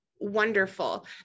wonderful